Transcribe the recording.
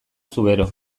zubero